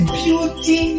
beauty